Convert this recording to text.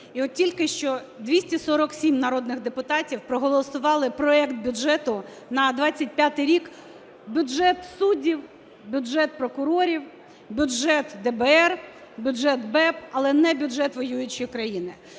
І от тільки що 247 народних депутатів проголосували проект бюджету на 2025 рік: бюджет суддів, бюджет прокурорів, бюджет ДБР, бюджет БЕБ, але не бюджет воюючої країни.